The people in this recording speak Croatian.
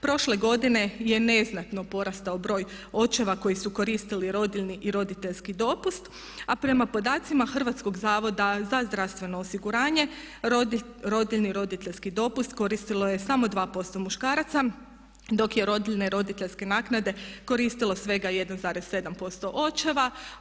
Prošle godine je neznatno porastao broj očeva koji su koristili rodiljni i roditeljski dopust a prema podacima Hrvatskog zavoda za zdravstveno osiguranje rodiljni i roditeljski dopust koristilo je samo 2% muškaraca dok je rodiljne i roditeljske naknade koristilo svega 1,7% očeva.